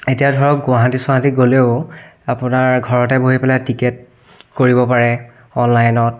এতিয়া ধৰক গুৱাহাটী ছুৱাহাটী গলেও আপোনাৰ ঘৰতে বহি পেলায় টিকেট কৰিব পাৰে অনলাইনত